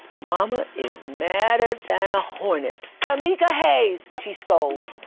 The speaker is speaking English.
mama is madder than a hornet. kameeka hayes! she scolds.